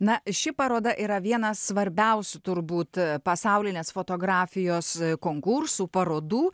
na ši paroda yra vienas svarbiausių turbūt pasaulinės fotografijos konkursų parodų